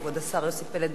כבוד השר יוסי פלד,